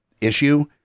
issue